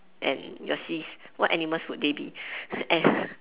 and your sis what animals would they be as